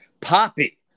Poppy